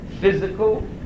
physical